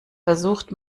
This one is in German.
versucht